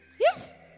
Yes